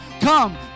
Come